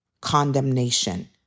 condemnation